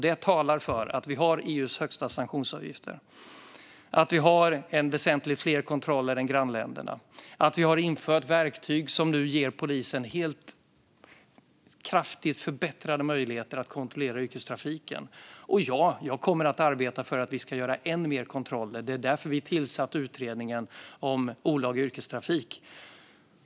Det talar för att vi har EU:s högsta sanktionsavgifter, att vi har väsentligt fler kontroller än grannländerna och att vi har infört verktyg som nu ger polisen kraftigt förbättrade möjligheter att kontrollera yrkestrafiken. Jag kommer att arbeta för att vi ska göra ännu fler kontroller. Det var därför vi tillsatte utredningen om olaglig yrkestrafik.